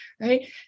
Right